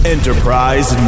Enterprise